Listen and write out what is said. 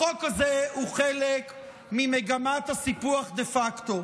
החוק הזה הוא חלק ממגמת הסיפוח דה פקטו.